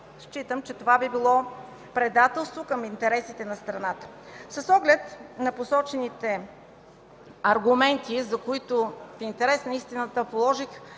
считам, че това би било предателство към интересите на страната. С оглед на посочените аргументи, за които, в интерес на истината, положихме